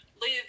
live